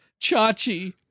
Chachi